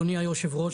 אדוני היושב-ראש,